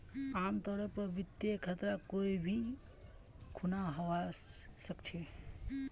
आमतौरेर पर वित्तीय खतरा कोई भी खुना हवा सकछे